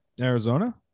Arizona